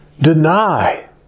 deny